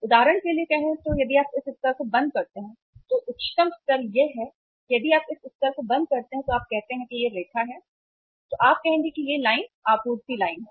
उदाहरण के लिए कहें तो यदि आप इस स्तर को बंद करते हैं तो उच्चतम स्तर यह है कि यदि आप इस स्तर को बंद करते हैं तो आप कहते हैं कि यह रेखा है तो आप कहेंगे कि यह लाइन आपूर्ति लाइन है